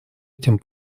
этим